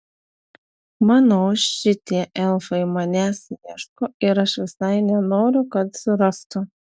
manau šitie elfai manęs ieško ir aš visai nenoriu kad surastų